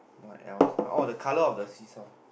what else ah oh the colour of the seesaw